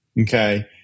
okay